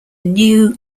new